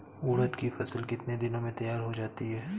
उड़द की फसल कितनी दिनों में तैयार हो जाती है?